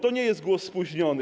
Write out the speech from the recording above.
To nie jest głos spóźniony.